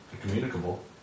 communicable